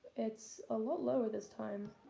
it's a lot lower this time